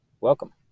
welcome